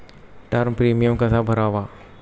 Term premium कसा भरावा?